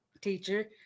teacher